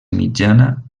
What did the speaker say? mitjana